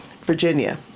Virginia